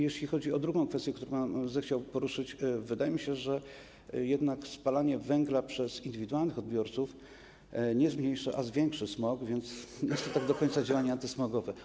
Jeśli chodzi o drugą kwestię, którą pan zechciał poruszyć, to wydaje mi się, że jednak spalanie węgla przez indywidualnych odbiorców nie zmniejszy, a zwiększy smog, więc nie są to tak do końca działania antysmogowe.